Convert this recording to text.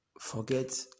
Forget